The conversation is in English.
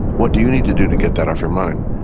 what do you need to do to get that off your mind?